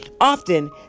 Often